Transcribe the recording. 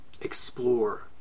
explore